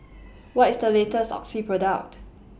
What IS The latest Oxy Product